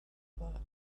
about